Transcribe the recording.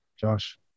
Josh